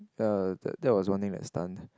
ya that that was one thing that stunned